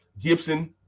Gibson